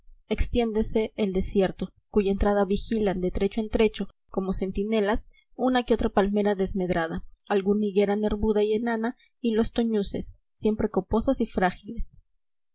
extiéndese el desierto cuya entrada vigilan de trecho en trecho como centinelas una que otra palmera desmedrada alguna higuera nervuda y enana y los teces siempre coposos y frágiles